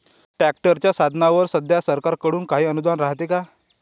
ट्रॅक्टरच्या साधनाईवर सध्या सरकार कडून काही अनुदान रायते का?